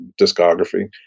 discography